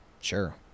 sure